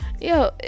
Yo